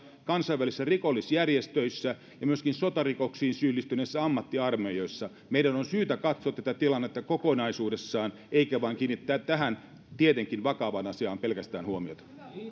kansainvälisissä rikollisjärjestöissä ja myöskin sotarikoksiin syyllistyneissä ammattiarmeijoissa meidän on syytä katsoa tätä tilannetta kokonaisuudessaan eikä vain kiinnittää tähän tietenkin vakavaan asiaan pelkästään huomiota